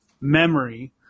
memory